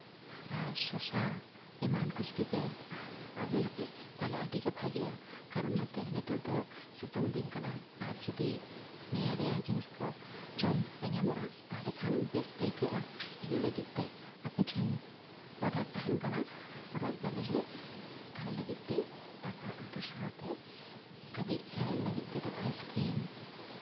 ᱟᱨ ᱥᱚᱥᱟ ᱮᱢᱟᱱ ᱠᱚ ᱡᱩᱫᱤᱯᱮ ᱟᱹᱜᱩᱭᱟᱯᱮ ᱛᱟᱦᱚᱞᱮ ᱟᱹᱰᱤᱜᱮ ᱵᱷᱟᱜᱮᱜᱼᱟ ᱠᱟᱨᱚᱱ ᱱᱚᱛᱮ ᱱᱤᱛᱚᱜ ᱫᱚ ᱥᱤᱛᱩᱝ ᱫᱤᱱ ᱠᱟᱱᱟ ᱟᱨ ᱡᱩᱫᱤ ᱱᱤᱭᱟᱹ ᱨᱮᱭᱟᱲ ᱡᱤᱱᱤᱥ ᱠᱚ ᱡᱚᱢ ᱯᱮ ᱧᱟᱢᱚᱜᱼᱟ ᱛᱟᱦᱚᱞᱮ ᱠᱷᱟᱱ ᱵᱮᱥ ᱟᱹᱭᱠᱟᱹᱜᱼᱟ ᱤᱱᱟᱹ ᱞᱟᱹᱜᱤᱫ ᱛᱮ ᱟᱯᱮ ᱴᱷᱮᱱ ᱚᱰᱟᱨ ᱛᱟᱦᱮᱱ ᱠᱟᱱᱟ ᱚᱰᱟᱨ ᱫᱟᱞᱮ ᱡᱮ ᱟᱞᱮ ᱞᱟᱹᱜᱤᱫ ᱛᱮ ᱫᱟᱠᱟ ᱩᱛᱩ ᱥᱟᱶᱛᱮ ᱠᱟᱹᱴᱤᱡ ᱦᱮᱲᱮᱢ ᱞᱟᱹᱜᱤᱫ ᱛᱮᱫᱚ ᱟᱭᱤᱥ ᱠᱨᱤᱢ